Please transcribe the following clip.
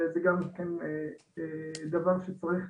וזה גם דבר שצריך